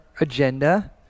agenda